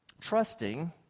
trusting